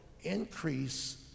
increase